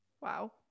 Wow